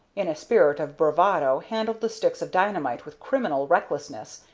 in a spirit of bravado, handled the sticks of dynamite with criminal recklessness,